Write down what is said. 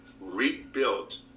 rebuilt